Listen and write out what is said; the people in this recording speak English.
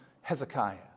Hezekiah